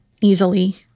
easily